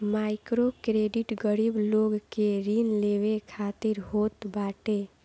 microcredit गरीब लोग के ऋण लेवे खातिर होत बाटे